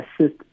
assist